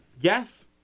Yes